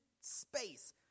space